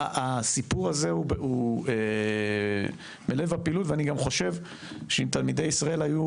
הסיפור הזה הוא בלב הפעילות ואני גם חושב שאם תלמידי ישראל היו